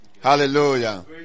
Hallelujah